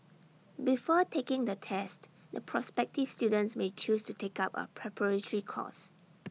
before taking the test the prospective students may choose to take up A preparatory course